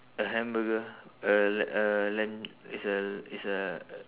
a hamburger a l~ a lamb it's a it's a